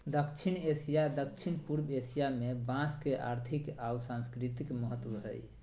दक्षिण एशिया, दक्षिण पूर्व एशिया में बांस के आर्थिक आऊ सांस्कृतिक महत्व हइ